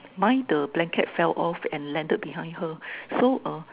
mine the blanket fell off and landed behind her so uh